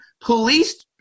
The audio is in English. police